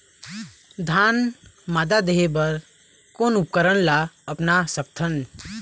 धान मादा देहे बर कोन उपकरण ला अपना सकथन?